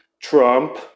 Trump